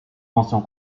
mention